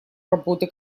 работы